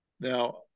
Now